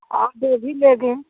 आप गोभी लेगें